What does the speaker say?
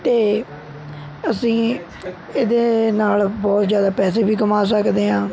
ਅਤੇ ਅਸੀਂ ਇਹਦੇ ਨਾਲ਼ ਬਹੁਤ ਜ਼ਿਆਦਾ ਪੈਸੇ ਵੀ ਕਮਾ ਸਕਦੇ ਹਾਂ